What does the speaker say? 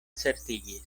certigis